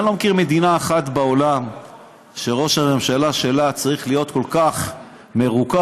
אני לא מכיר מדינה אחת בעולם שראש הממשלה שלה צריך להיות כל כך מרוכז,